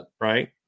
right